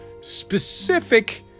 specific